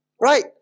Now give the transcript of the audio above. Right